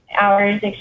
hours